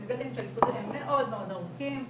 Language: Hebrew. מגלים שהאשפוזים הם מאוד מאוד ארוכים,